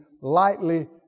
lightly